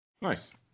Nice